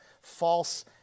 false